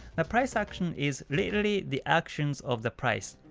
the price action is literally the actions of the price.